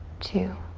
two,